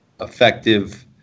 effective